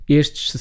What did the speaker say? estes